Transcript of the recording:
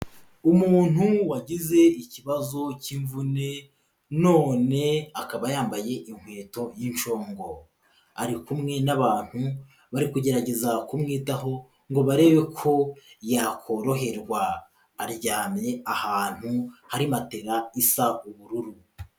Umuntu wagize ikibazo k'imvune none akaba yambaye inkweto y'inshongo ari kumwe n'abantu bari kugerageza kumwitaho ngo barebe ko yakoroherwa, aryamye ahantu hari matera isa ubururu.